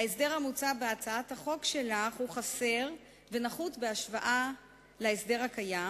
ההסדר המוצע בהצעת החוק שלך הוא חסר ונחות בהשוואה להסדר הקיים.